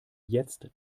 jetzt